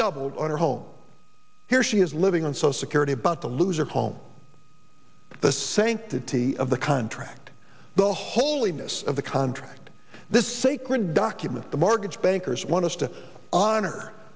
doubled on her home here she is living on social security but the loser home the sanctity of the contract the holiness of the contract this sacred document the mortgage bankers want to honor